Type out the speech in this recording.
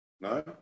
no